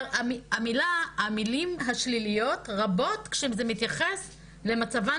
המילים השליליות רבות כשזה מתייחס למצבן